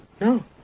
No